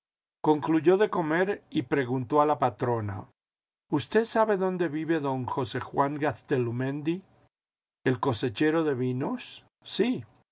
concluyó de comer y preguntó a la patrona usted sabe dónde vive don josé juan gaztelumendi el cosechero de vinos sí